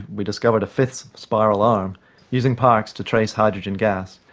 we discovered a fifth spiral arm using parkes to trace hydrogen gas.